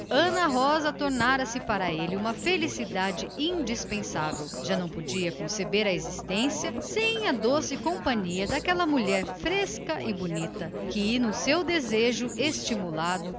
ana rosa afigurava se lhe uma felicidade indispensável já não podia compreender a existência sem a doce companhia daquela mulher simples e bonita que no seu desejo estimulado